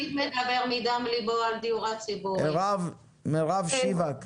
מירב שיבק.